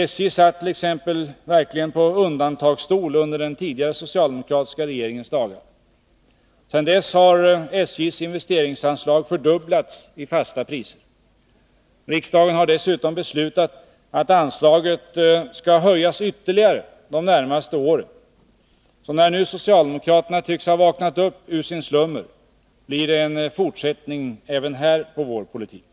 SJ satt t.ex. verkligen på undantagsstol under den tidigare socialdemokratiska regeringens dagar. Sedan dess har SJ:s investeringsanslag fördubblats i fasta priser. Riksdagen har dessutom beslutat att anslaget skall höjas ytterligare de närmaste åren. Så när nu socialdemokraterna tycks ha vaknat upp ur sin slummer, blir det även här en fortsättning på vår politik.